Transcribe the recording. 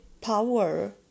power